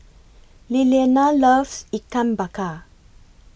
Lillianna loves Ikan Bakar